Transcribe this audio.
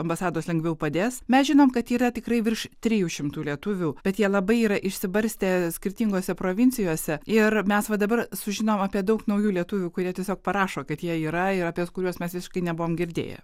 ambasados lengviau padės mes žinom kad yra tikrai virš trijų šimtų lietuvių bet jie labai yra išsibarstę skirtingose provincijose ir mes va dabar sužinom apie daug naujų lietuvių kurie tiesiog parašo kad jie yra ir apie kuriuos mes visiškai nebuvome girdėję